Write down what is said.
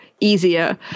easier